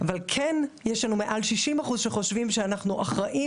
אבל כן יש לנו מעל 60% שחושבים שאנחנו אחראים